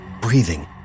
breathing